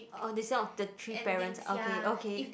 orh descend of the three parents okay okay